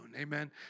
amen